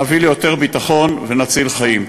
נביא ליותר ביטחון ונציל חיים.